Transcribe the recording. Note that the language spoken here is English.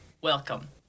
Welcome